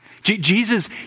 Jesus